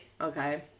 Okay